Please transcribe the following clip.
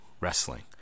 wrestling